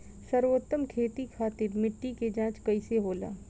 सर्वोत्तम खेती खातिर मिट्टी के जाँच कईसे होला?